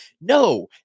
no